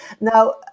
Now